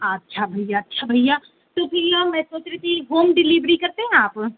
अच्छा भैया अच्छा भैया तो भैया मैं सोच रई थी होम डिलीवरी करते हैं आप